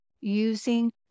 using